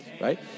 right